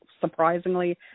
surprisingly